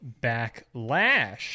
Backlash